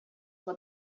what